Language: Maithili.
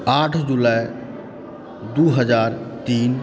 आठ जुलाइ दू हजार तीन